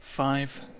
Five